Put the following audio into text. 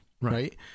right